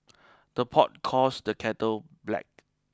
the pot calls the kettle black